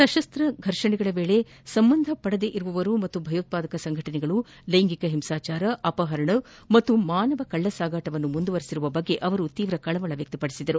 ಸಶಸ್ತ ಫರ್ಷಣೆಗಳ ವೇಳೆ ಸಂಬಂಧಪಡದವರು ಹಾಗೂ ಭಯೋತ್ಪಾದಕ ಸಂಘಟನೆಗಳು ಲೈಂಗಿಕ ಹಿಂಸಾಚಾರ ಅಪಹರಣ ಮತ್ತು ಮಾನವ ಕಳ್ಳಸಾಗಣೆಯನ್ನು ಮುಂದುವರೆಸಿರುವ ಬಗ್ಗೆ ಅವರು ಕಳವಳ ವ್ಯಕ್ತಪಡಿಸಿದರು